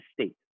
state